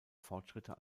fortschritte